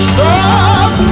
Stop